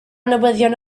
newyddion